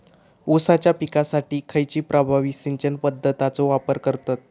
ऊसाच्या पिकासाठी खैयची प्रभावी सिंचन पद्धताचो वापर करतत?